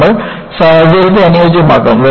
നമ്മൾ സാഹചര്യത്തെ അനുയോജ്യമാക്കും